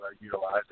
utilize